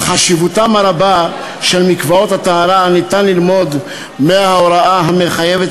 על חשיבותם הרבה של מקוואות הטהרה ניתן ללמוד מההוראה המחייבת